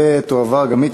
ותועבר גם היא,